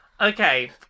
Okay